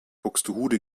buxtehude